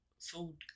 food